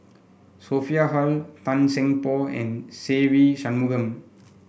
Sophia Hull Tan Seng Poh and Se Ve Shanmugam